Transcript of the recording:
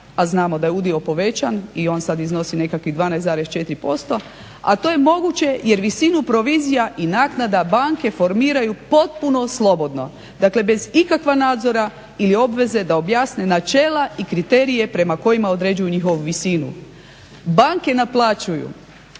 a znamo da je udio povećan i on sad iznosi nekakvih 12,4%, a to je moguće jer visinu provizija i naknada banke formiraju potpuno slobodno. Dakle, bez ikakva nadzora ili obveze da objasne načela i kriterije prema kojima određuju njihovu visinu. Banke naplaćuju,